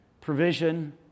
provision